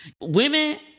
Women